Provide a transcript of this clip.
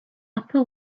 upper